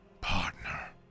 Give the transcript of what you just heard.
partner